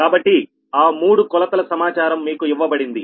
కాబట్టి ఆ మూడు కొలతల సమాచారం మీకు ఇవ్వబడింది